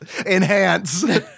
Enhance